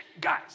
guys